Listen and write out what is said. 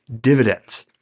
dividends